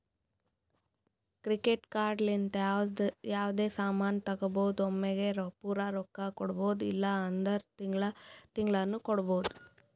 credit card ಲಿಂತ ಯಾವ್ದೇ ಸಾಮಾನ್ ತಗೋಬೋದು ಒಮ್ಲಿಗೆ ಪೂರಾ ರೊಕ್ಕಾ ಕೊಡ್ಬೋದು ಇಲ್ಲ ಅಂದುರ್ ತಿಂಗಳಾ ತಿಂಗಳಾನು ಕೊಡ್ಬೋದು